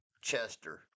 Chester